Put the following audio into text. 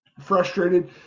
frustrated